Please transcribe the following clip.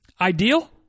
Ideal